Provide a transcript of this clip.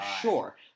sure